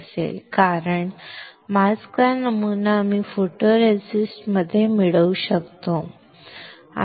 का कारण मास्कचा समान नमुना मी फोटोरेसिस्टवर मिळवू शकतो